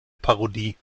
parodie